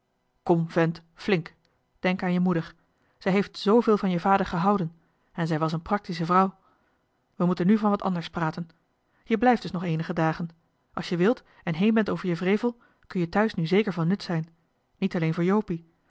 kom vent flink denk aan je moeder zij heeft zveel van je vader gehouden en zij was een praktische vrouw we moeten nu van wat anders praten jij blijft dus nog eenige dagen als je wilt en heen bent over je wrevel kun je thuis nu zeker van nut zijn niet alleen voor jopie